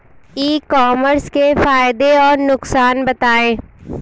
ई commerce के फायदे और नुकसान बताएँ?